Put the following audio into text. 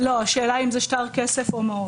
השאלה אם זה שטר כסף או מעות.